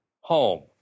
home